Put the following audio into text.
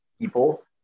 people